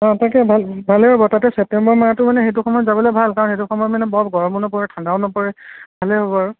অ' তাকেই ভা ভালে হ'ব তাতে ছেপ্টেম্বৰ মাহটো মানে সেইটো সময়ত যাবলৈ ভাল কাৰণ সেইটো সময়ত মানে বৰ গৰমো নপৰে ঠাণ্ডাও নপৰে ভালে হ'ব আৰু